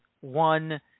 one